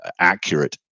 accurate